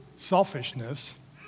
Selfishness